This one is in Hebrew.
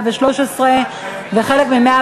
השירות לילד ונוער